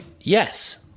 yes